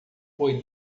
foi